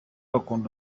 akunda